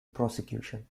prosecution